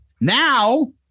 now